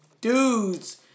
dudes